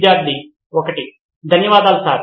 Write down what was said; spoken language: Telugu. విద్యార్థి 1 ధన్యవాదాలు సర్